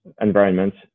environments